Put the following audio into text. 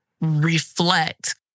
reflect